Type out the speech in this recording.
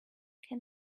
can